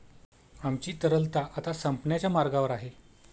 आमची तरलता आता संपण्याच्या मार्गावर आहे